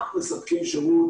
אנחנו נותנים שירות